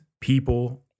people